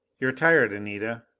you're tired, anita.